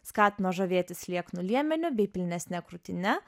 skatino žavėtis lieknu liemeniu bei pilnesne krūtine